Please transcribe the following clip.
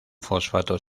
fosfato